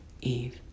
Eve